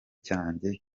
cyanjye